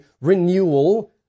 renewal